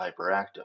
hyperactive